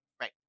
Right